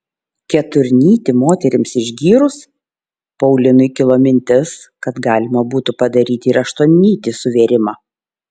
keturnytį moterims išgyrus paulinui kilo mintis kad galima būtų padaryti ir aštuonnytį suvėrimą